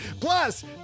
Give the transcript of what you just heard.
Plus